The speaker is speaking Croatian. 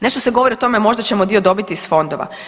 Nešto se govori o tome možda ćemo dio dobiti iz fondova.